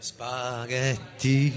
Spaghetti